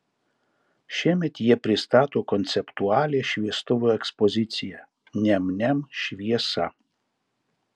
šiemet jie pristato konceptualią šviestuvų ekspoziciją niam niam šviesa